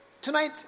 Tonight